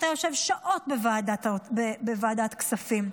אתה יושב שעות בוועדת כספים,